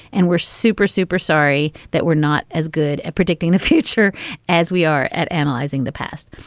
and we're super, super sorry that we're not as good at predicting the future as we are at analyzing the past.